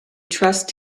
trust